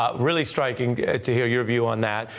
ah really striking to hear your view on that,